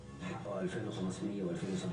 העגול של רשות האוכלוסין וההגירה,